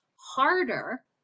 harder